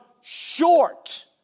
short